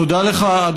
תודה לך,